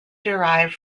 derived